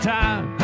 time